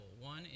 One